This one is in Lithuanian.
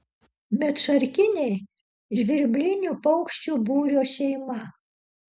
medšarkiniai žvirblinių paukščių būrio šeima